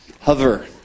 hover